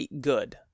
good